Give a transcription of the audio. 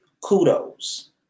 kudos